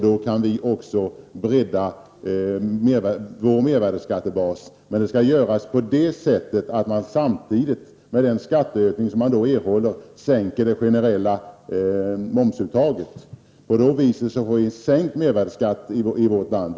Då kan vi bredda vår mervärdeskattebas. Det skall göras så att man samtidigt med den skatteökning som man får sänker det generella momsuttaget. På det viset får vi sänkt mervärdeskatt i vårt land.